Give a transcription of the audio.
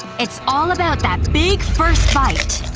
it's all about that big first bite!